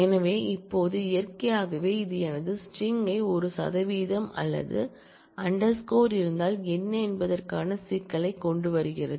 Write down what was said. எனவே இப்போது இயற்கையாகவே இது எனது ஸ்ட்ரிங்கு ஒரு சதவீதம் அல்லது அண்டரஸ்கார் இருந்தால் என்ன என்பதற்கான சிக்கலைக் கொண்டுவருகிறது